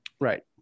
Right